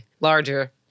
larger